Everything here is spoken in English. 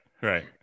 right